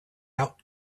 out